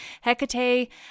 Hecate